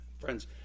Friends